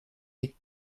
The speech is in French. les